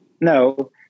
No